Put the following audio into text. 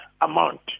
amount